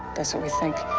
that's what we think.